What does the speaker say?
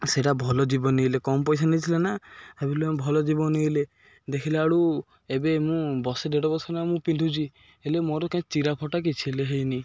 ସେଇଟା ଭଲ ଯିବନି ବଲେ କମ୍ ପଇସା ନେଇଥିଲେ ନା ଭାବିଲୁ ଆମେ ଭଲ ଯିବନି ବଲେ ଦେଖିଲାବେଳକୁ ଏବେ ମୁଁ ବର୍ଷେ ଦେଢ଼ ବର୍ଷ ହେଲା ମୁଁ ପିନ୍ଧୁଛି ହେଲେ ମୋର କାଇଁ ଚିରା ଫଟା କିଛି ହେଲେ ହେଇନି